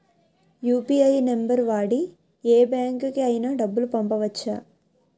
UPI number వాడి యే బ్యాంకుకి అయినా డబ్బులు పంపవచ్చ్చా?